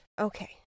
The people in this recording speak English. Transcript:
Okay